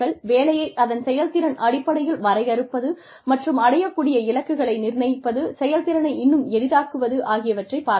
வேலையை அதன் செயல்திறன் அடிப்படையில் வரையறுப்பது மற்றும் அடையக்கூடிய இலக்குகளை நிர்ணயிப்பது செயல்திறனை இன்னும் எளிதாக்குவது ஆகியவற்றைப் பார்த்தோம்